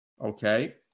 Okay